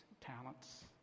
talents